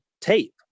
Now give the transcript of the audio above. tape